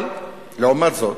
אבל לעומת זאת,